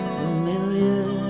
familiar